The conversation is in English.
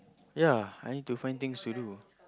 ya I need to find things to do